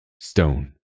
stone